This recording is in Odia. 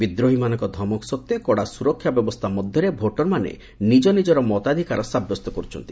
ବିଦ୍ରୋହୀମାନଙ୍କ ଧମକ ସତ୍ତ୍ୱେ କଡ଼ା ସୁରକ୍ଷା ବ୍ୟବସ୍ଥା ମଧ୍ୟରେ ଭୋଟରମାନେ ନିଜ୍ଞ ନିଜ୍ଞର ମତାଧିକାର ସାବ୍ୟସ୍ତ କରୁଛନ୍ତି